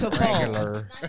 Regular